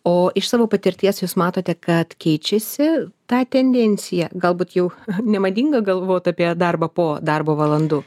o iš savo patirties jūs matote kad keičiasi ta tendencija galbūt jau nemadinga galvot apie darbą po darbo valandų